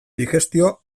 digestio